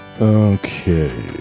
Okay